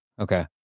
Okay